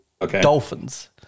Dolphins